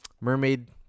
mermaid